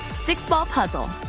six ball puzzle.